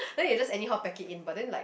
don't you just anyhow pack it in but then like